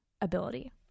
ability